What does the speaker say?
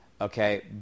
Okay